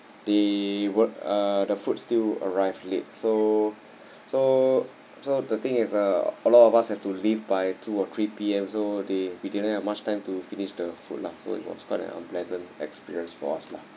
the uh the food still arrive late so so so the thing is uh a lot of us have to live by two or three P_M so they we didn't have much time to finish the food lah so it was quite an unpleasant experience for us lah